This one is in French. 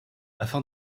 afin